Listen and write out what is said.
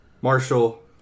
Marshall